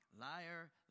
Liar